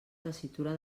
tessitura